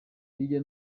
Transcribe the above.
hirya